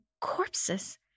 corpses